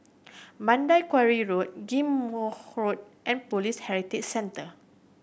Mandai Quarry Road Ghim Moh Road and Police Heritage Centre